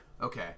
Okay